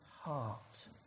heart